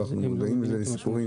ואנחנו גם מודעים לזה מסיפורים,